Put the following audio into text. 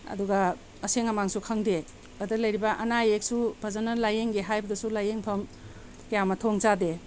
ꯑꯗꯨꯒ ꯑꯁꯦꯡ ꯑꯃꯥꯡꯁꯨ ꯈꯪꯗꯦ ꯑꯗꯨꯗ ꯂꯩꯔꯤꯕ ꯑꯅꯥ ꯑꯌꯦꯛꯁꯨ ꯐꯖꯅ ꯂꯥꯏꯌꯦꯡꯒꯦ ꯍꯥꯏꯕꯗꯁꯨ ꯂꯥꯏꯌꯦꯡ ꯐꯝ ꯀꯌꯥ ꯃꯊꯣꯡ ꯆꯥꯗꯦ